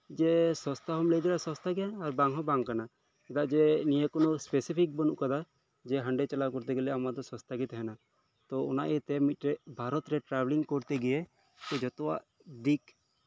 ᱡᱮᱹ ᱥᱚᱥᱛᱟ ᱦᱚᱢ ᱞᱟᱹᱭ ᱫᱟᱲᱮᱭᱟᱜᱼᱟ ᱥᱚᱥᱥᱛᱟ ᱜᱮᱭᱟ ᱟᱨ ᱵᱟᱝ ᱦᱚᱸ ᱵᱟᱝ ᱠᱟᱱᱟ ᱪᱮᱫᱟᱜ ᱡᱮ ᱱᱤᱭᱟᱹ ᱠᱳᱱᱳ ᱥᱯᱮᱥᱤᱯᱷᱤᱠ ᱵᱟᱹᱱᱩᱜ ᱟᱠᱟᱫᱟ ᱡᱮ ᱦᱟᱸᱰᱮ ᱪᱟᱞᱟᱣ ᱠᱚᱨᱛᱮ ᱜᱮᱞᱮ ᱟᱢᱟᱜ ᱫᱚ ᱥᱚᱥᱛᱟ ᱜᱮ ᱛᱟᱦᱮᱱᱟ ᱛᱚ ᱚᱱᱟ ᱤᱭᱟᱹᱛᱮ ᱢᱤᱫ ᱴᱮᱱ ᱵᱷᱟᱨᱚᱛᱨᱮ ᱴᱨᱟᱵᱷᱮᱞᱤᱝ ᱠᱚᱨᱛᱮ ᱜᱤᱭᱮ ᱡᱷᱚᱛᱚᱣᱟᱜ ᱫᱤᱠ